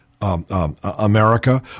America